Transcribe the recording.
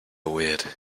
weird